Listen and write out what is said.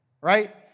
right